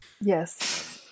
Yes